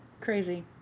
Crazy